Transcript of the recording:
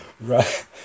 right